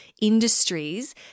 industries